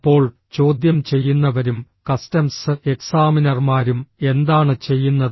അപ്പോൾ ചോദ്യം ചെയ്യുന്നവരും കസ്റ്റംസ് എക്സാമിനർമാരും എന്താണ് ചെയ്യുന്നത്